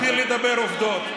תתחיל לדבר עובדות.